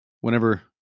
whenever